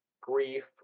grief